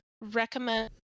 recommend